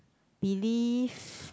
Belief